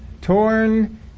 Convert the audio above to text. Torn